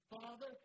Father